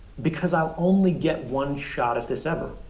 because i'll only get one shot at this ever.